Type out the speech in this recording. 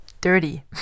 dirty